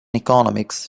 economics